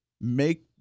Make